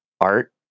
art